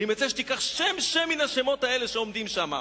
אני מציע שתיקח שם מן השמות שעומדים שם.